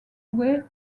doués